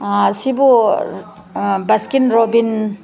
ꯁꯤꯕꯨ ꯕꯥꯁꯀꯤꯟ ꯔꯣꯕꯤꯟ